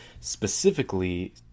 specifically